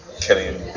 Killing